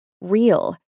real